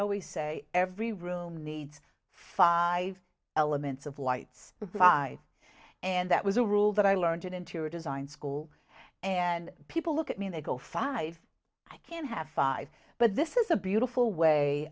always say every room needs five elements of whites provide and that was a rule that i learned in interior design school and people look at me they go five i can have five but this is a beautiful way